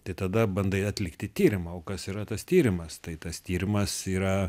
tai tada bandai atlikti tyrimą o kas yra tas tyrimas tai tas tyrimas yra